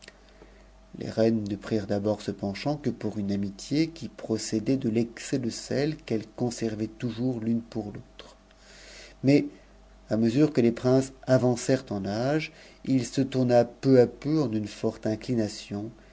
les reines ne prirent d'abord ce penchant que pour une amitié qui procédait de l'excès de celle qu'elles conservaient toujours l'une pou l'autre mais à mesure que les princes avancèrent en âge il se tourna peu n à peu en une forte inclination